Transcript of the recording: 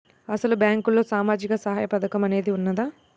అసలు బ్యాంక్లో సామాజిక సహాయం పథకం అనేది వున్నదా?